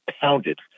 pounded